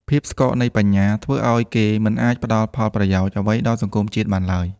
ភាពស្កកនៃបញ្ញាធ្វើឱ្យគេមិនអាចផ្ដល់ផលប្រយោជន៍អ្វីដល់សង្គមជាតិបានឡើយ។